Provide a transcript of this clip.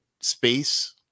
space